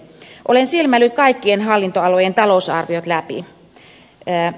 olen silmäillyt kaikkien hallinnonalojen talousarviot läpi